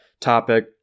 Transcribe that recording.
topic